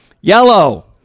Yellow